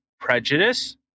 prejudice